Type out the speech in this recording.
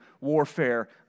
warfare